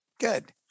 Good